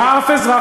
ואף אזרח,